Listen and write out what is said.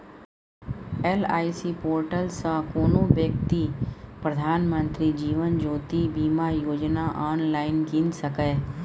LIC portal सँ कोनो बेकती प्रधानमंत्री जीबन ज्योती बीमा योजना आँनलाइन कीन सकैए